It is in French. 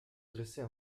dresser